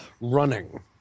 running